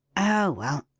oh, well,